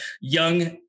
young